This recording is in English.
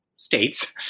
states